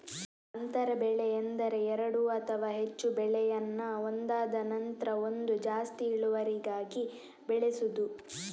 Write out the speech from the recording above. ಅಂತರ ಬೆಳೆ ಎಂದರೆ ಎರಡು ಅಥವಾ ಹೆಚ್ಚು ಬೆಳೆಯನ್ನ ಒಂದಾದ ನಂತ್ರ ಒಂದು ಜಾಸ್ತಿ ಇಳುವರಿಗಾಗಿ ಬೆಳೆಸುದು